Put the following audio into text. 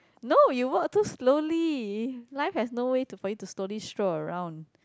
no you walk too slowly life has no way to for you to slowly stroll around